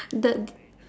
the